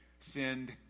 send